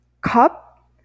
cup